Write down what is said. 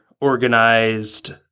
organized